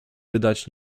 wydać